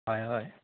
হয় হয়